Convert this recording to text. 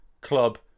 club